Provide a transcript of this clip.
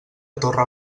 torre